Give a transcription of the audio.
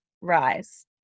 rise